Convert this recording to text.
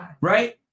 right